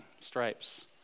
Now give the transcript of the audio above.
stripes